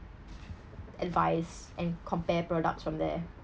advice and compare products from there